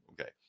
okay